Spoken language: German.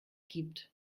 gibt